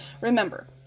Remember